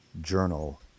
journal